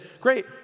Great